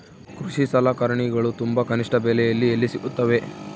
ಕೃಷಿ ಸಲಕರಣಿಗಳು ತುಂಬಾ ಕನಿಷ್ಠ ಬೆಲೆಯಲ್ಲಿ ಎಲ್ಲಿ ಸಿಗುತ್ತವೆ?